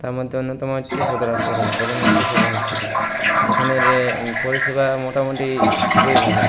তার মধ্যে অন্যতম হচ্ছে সদর হাসপাতাল দেবেন মাহাতো সদর হাসপাতাল যেখানে পরিষেবা মোটামুটি খুবই ভালো